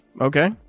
Okay